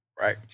right